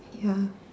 ya